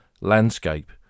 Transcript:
landscape